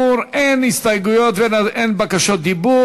כאמור, אין הסתייגויות ואין בקשות דיבור.